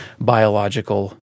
biological